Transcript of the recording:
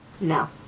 No